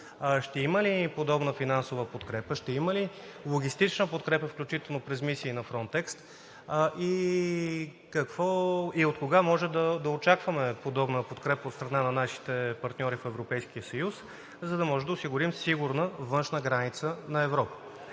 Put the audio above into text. Ще има ли подобна финансова подкрепа? Ще има ли логистична подкрепа, включително през мисии на „Фронтекс“? Какво и откога можем да очакваме подобна подкрепа от страна на нашите партньори в Европейския съюз, за да може да осигурим сигурна външна граница на Европа?